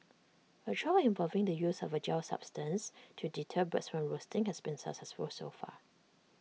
A trial involving the use of A gel substance to deter birds from roosting has been successful so far